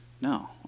No